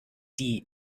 die